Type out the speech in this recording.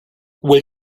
will